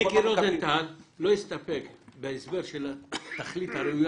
מיקי רוזנטל לא הסתפק בהסבר של התכלית הראויה